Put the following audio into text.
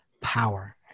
power